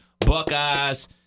Buckeyes